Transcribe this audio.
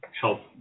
help